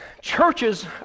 churches